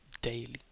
daily